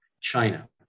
China